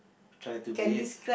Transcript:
try to behave